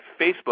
Facebook